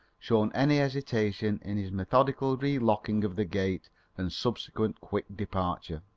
shown any hesitation in his methodical relocking of the gate and subsequent quick departure.